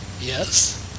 Yes